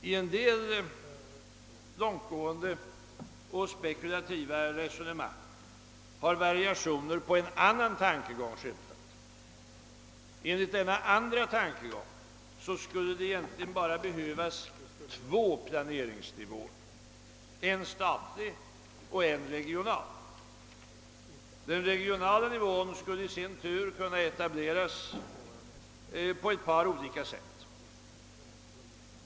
I en del långtgående och spekulativa resonemang har variationer på en annan tankegång skymtat. Enligt denna andra tankegång skulle det egentligen bara behövas två planeringsnivåer: en statlig och en regional. Den regionala nivån skulle i sin tur kunna etableras på ett par olika sätt.